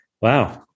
Wow